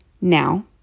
now